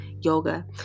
yoga